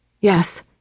Yes